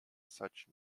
such